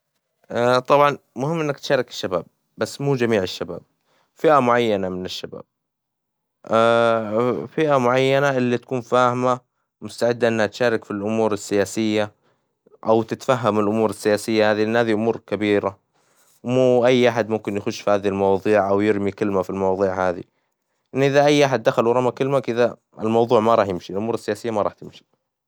طبعًا مهم إنك تشارك الشباب، بس مو جميع الشباب فئة معينة من الشباب، فئة معينة اللي تكون فاهمة مستعدة إنها تشارك في الأمور السياسية أو تتفهم الأمور السياسية، هذي لإن هذي أمور كبيرة، مو أي أحد ممكن يخش في هذه المواظيع أو يرمي كلمة في الموظييع هذي، لإن إذا أي أحد دخل ورمى كلمة كذا الموضوع ما راح يمشي الأمور السياسية ما راح تمشي.